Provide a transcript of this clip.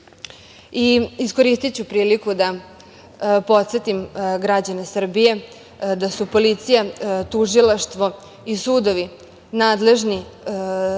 zakon. Iskoristiću priliku da podsetim građane Srbije da su policija, tužilaštvo i sudovi nadležni